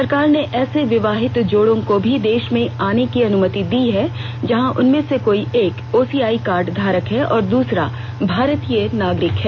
सरकार ने ऐसे विवाहित जोड़ों को भी देश में आने की अनुमति दी है जहां उनमें से कोई एक ओसीआई कार्ड धारक है और दूसरा भारतीय नागरिक है